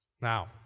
Now